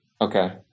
Okay